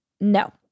no